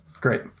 great